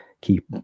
keep